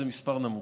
זה מספר נמוך.